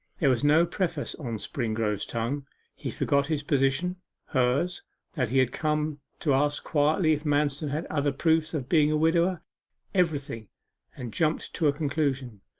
there was no preface on springrove's tongue he forgot his position hers that he had come to ask quietly if manston had other proofs of being a widower everything and jumped to a conclusion.